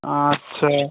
আচ্ছা